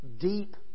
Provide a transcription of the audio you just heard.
deep